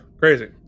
crazy